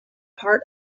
part